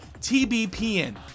TBPN